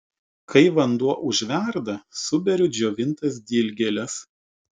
kai vanduo užverda suberiu džiovintas dilgėles